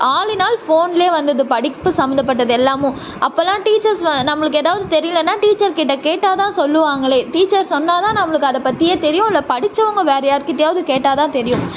all in all ஃபோன்ல வந்துருது படிப்பு சம்மந்தப்பட்டது எல்லாமும் அப்போல்லாம் டீச்சர்ஸ் நம்மளுக்கு ஏதாவது தெரியலைன்னா டீச்சர்கிட்ட கேட்டால் தான் சொல்லுவாங்களே டீச்சர் சொன்னால் தான் நம்மளுக்கு அதை பற்றியே தெரியும் இல்லை படிச்சவங்க வேறு யாருக்கிட்டையாவது கேட்டால் தான் தெரியும்